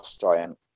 giant